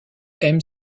aime